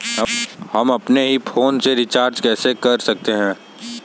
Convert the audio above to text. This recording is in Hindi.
हम अपने ही फोन से रिचार्ज कैसे कर सकते हैं?